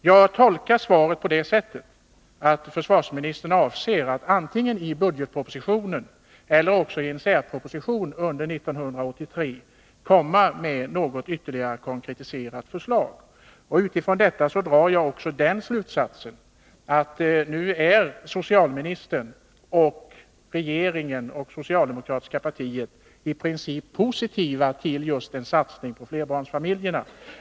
Jag tolkar svaret på det sättet att socialministern avser att antingen i budgetpropositionen eller också en särproposition under 1983 lägga fram ett ytterligare konkretiserat förslag. Av detta drar jag också slutsatsen att socialminstern, regeringen och socialdemokratiska partiet i princip nu är positiva till satsningen på flerbarnsfamiljer.